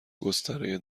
گستره